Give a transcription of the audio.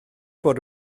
bod